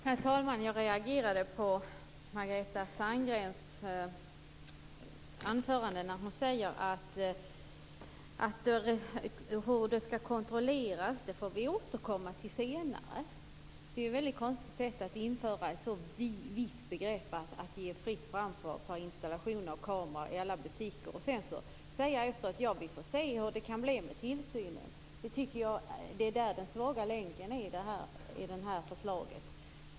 Herr talman! Jag reagerade på Margareta Sandgrens anförande där hon säger att vi får återkomma senare till hur det skall kontrolleras. Det är ett väldigt konstigt sätt att införa ett så vitt begrepp och ge fritt fram för installationer av kameror i alla butiker och sedan säga efteråt att vi får se hur det kan bli med tillsynen. Jag tycker att det är den svaga länken i det här förslaget.